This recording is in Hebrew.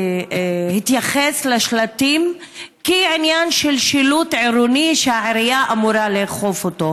התייחס לשלטים כאל עניין של שילוט עירוני שהעירייה אמורה לאכוף אותו.